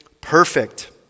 perfect